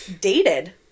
Dated